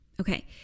Okay